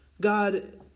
God